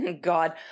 God